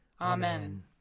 Amen